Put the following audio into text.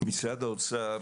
משרד האוצר